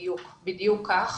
בדיוק כך.